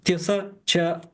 tiesa čia